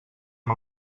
amb